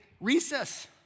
recess